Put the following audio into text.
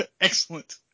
excellent